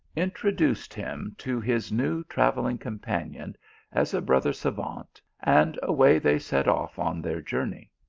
introduced him to his new travelling companion as a brother sgavant, and away they set off on their journey.